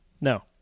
No